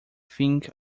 think